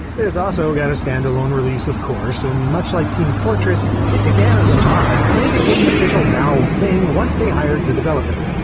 this also got a standalone release of course, and much like team fortress it began as a mod and became an official valve thing once they hired the developer.